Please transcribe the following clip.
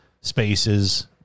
spaces